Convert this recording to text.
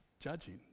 judging